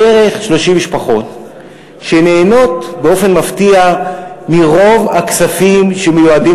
בערך 30 משפחות שנהנות באופן מפתיע מרוב הכספים שמיועדים